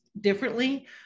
differently